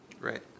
Right